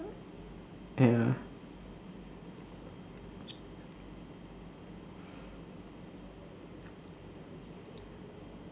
ya